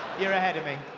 you're ahead of me.